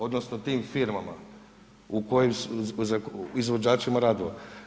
Odnosno tim firmama u kojim, izvođačima radova.